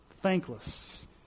thankless